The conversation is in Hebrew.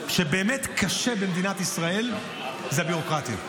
שבאמת קשה במדינת ישראל הוא הביורוקרטיה.